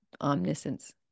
Omniscience